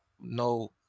no